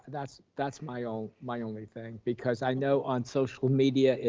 that's that's my um my only thing, because i know on social media,